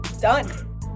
Done